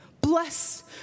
Bless